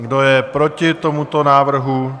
Kdo je proti tomuto návrhu?